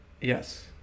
Yes